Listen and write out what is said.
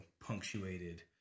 punctuated